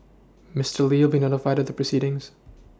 Mister Li will be notified of the proceedings